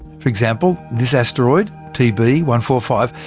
for example, this asteroid, t b one four five,